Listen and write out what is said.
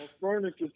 furniture